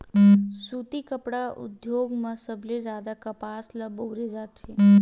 सुती कपड़ा उद्योग म सबले जादा कपसा ल बउरे जाथे